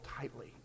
tightly